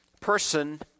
person